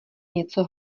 něco